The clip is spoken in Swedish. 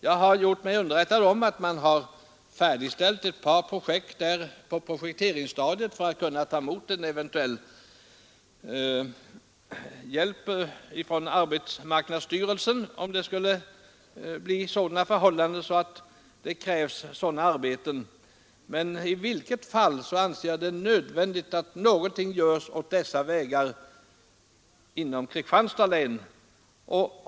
Jag har gjort mig underrättad om att man har färdigprojekterat ett par vägobjekt för att kunna ta emot eventuell hjälp från arbetsmarknadsstyrelsen — om förhållandena skulle bli sådana att den sortens arbeten krävs. Jag anser det emellertid i vilket fall som helst nödvändigt att någonting görs åt dessa vägar inom Kristianstads län.